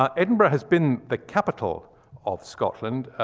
um edinburgh has been the capital of scotland,